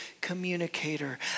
communicator